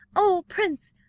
oh, prince,